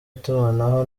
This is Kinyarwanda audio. itumanaho